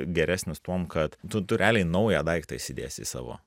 geresnis tuom kad tu tu realiai naują daiktą įsidėsi į savo